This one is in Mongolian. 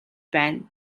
байна